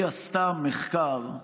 היא עשתה מחקר: